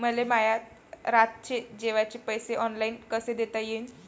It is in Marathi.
मले माया रातचे जेवाचे पैसे ऑनलाईन कसे देता येईन?